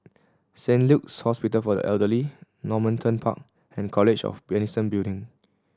Saint Luke's Hospital for the Elderly Normanton Park and College of Medicine Building